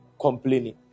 complaining